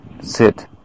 sit